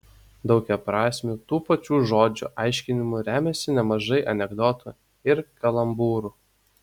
daugiaprasmiu tų pačių žodžių aiškinimu remiasi nemažai anekdotų ir kalambūrų